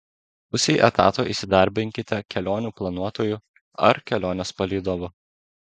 pusei etato įsidarbinkite kelionių planuotoju ar kelionės palydovu